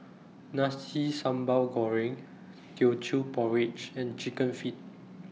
Nasi Sambal Goreng Teochew Porridge and Chicken Feet